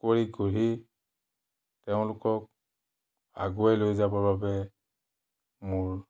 কৰি গঢ়ি তেওঁলোকক আগুৱাই লৈ যাবৰ বাবে মোৰ